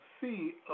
see